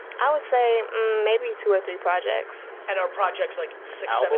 i would say maybe two or three projects. and are projects like six, seven,